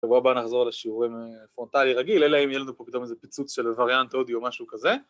שבוע הבא נחזור לשיעורים פרונטלי רגיל, אלא אם יהיה לנו פה פתאום איזה פיצוץ של וריאנט אודי או משהו כזה